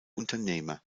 unternehmer